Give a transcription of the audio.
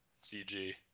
CG